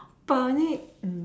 but I need